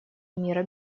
мира